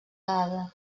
dada